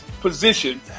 position